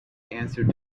answered